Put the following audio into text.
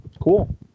cool